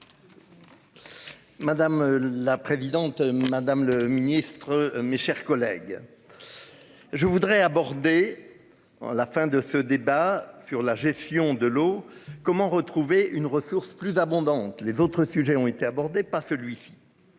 Madame la présidente, madame le ministre, mes chers collègues. Je voudrais aborder. La fin de ce débat sur la gestion de l'eau comment retrouver une ressource plus abondantes, les autres sujets ont été abordés pas fait lui.